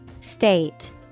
State